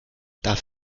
darf